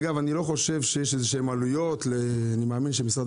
אגב אני לא חושב שיש עלויות אני מאמין שמשרד